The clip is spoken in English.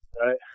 Right